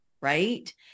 right